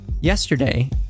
yesterday